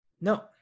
No